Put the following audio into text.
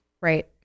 Right